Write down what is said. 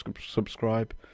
subscribe